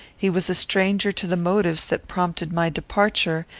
he was a stranger to the motives that prompted my departure,